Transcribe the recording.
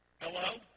Hello